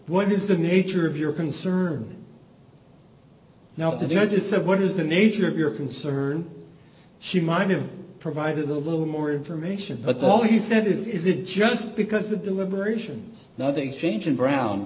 what is the nature of your concern now did you i just said what is the nature of your concern she might have provided a little more information but all he said is is it just because the deliberations nothing change in brown